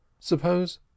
suppose